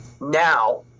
now